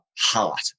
heart